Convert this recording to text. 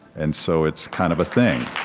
and so it's kind of a thing